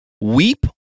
weep